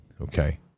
okay